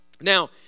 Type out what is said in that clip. Now